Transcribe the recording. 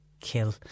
kill